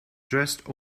dressed